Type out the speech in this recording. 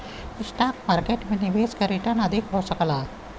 stock market में निवेश क रीटर्न अधिक हो सकला